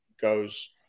goes